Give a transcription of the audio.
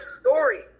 story